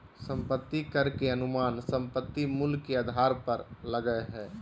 संपत्ति कर के अनुमान संपत्ति मूल्य के आधार पर लगय हइ